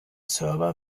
server